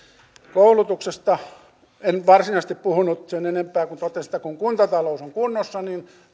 koulutuksesta en varsinaisesti puhunut sen enempää mutta totesin että kun kuntatalous on kunnossa